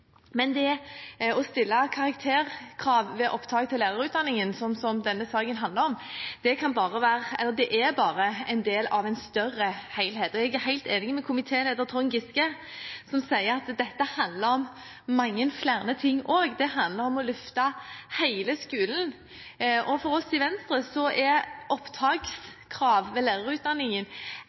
men det å stille karakterkrav ved opptak til lærerutdanningen – som denne saken handler om – er bare en del av en større helhet. Jeg er helt enig med komitéleder Trond Giske, som sier at dette handler om mange flere ting også. Det handler om å løfte hele skolen. For oss i Venstre er opptakskrav ved lærerutdanningen